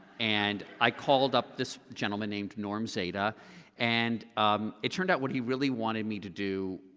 and i called up this gentleman named norm zada and it turned out what he really wanted me to do,